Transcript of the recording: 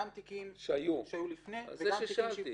גם תיקים שהיו לפני וגם תיקים --- זה מה ששאלתי.